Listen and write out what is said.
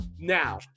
Now